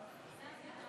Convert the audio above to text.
נגד.